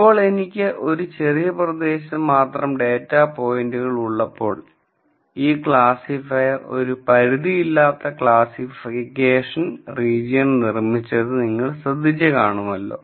ഇപ്പോൾ എനിക്ക് ഒരു ചെറിയ പ്രദേശത്ത് മാത്രംഡാറ്റാ പോയിന്റുകൾ ഉള്ളപ്പോൾ ഈ ക്ലാസിഫയർ ഒരു പരിധിയില്ലാത്ത ക്ലാസ്സിഫിക്കേഷൻ റീജിയൻ നിർമിച്ചത് നിങ്ങൾ ശ്രദ്ധിച്ചു കാണുമല്ലോ